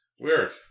Weird